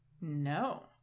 No